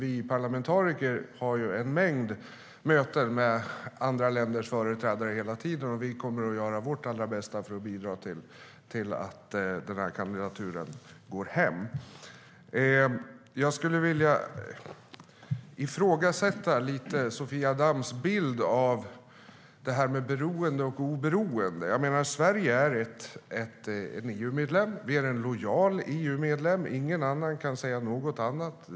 Vi parlamentariker har ju en mängd möten med andra länders företrädare hela tiden, och vi kommer att göra vårt allra bästa för att bidra till att kandidaturen går hem. Jag skulle lite grann vilja ifrågasätta Sofia Damms bild av detta med beroende och oberoende. Sverige är en lojal EU-medlem - ingen kan säga något annat.